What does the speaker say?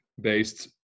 based